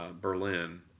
Berlin